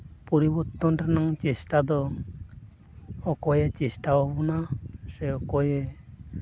ᱯᱚᱨᱤᱵᱚᱨᱛᱚᱱ ᱨᱮᱱᱟᱝ ᱪᱮᱥᱴᱟ ᱫᱚ ᱚᱠᱚᱭᱮ ᱪᱮᱥᱴᱟᱣ ᱵᱚᱱᱟ ᱥᱮ ᱚᱠᱚᱭ